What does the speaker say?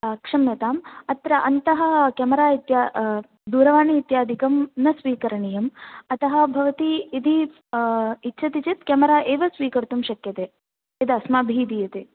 क्षम्यतां अत्र अन्तः केमरा इत्या दूरवाणी इत्यादिकं न स्वीकरणीयम् अतः भवती यदि इच्छति चेत् केमरा एव स्वीकर्तुं शक्यते यदस्माभिः दीयते